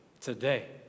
today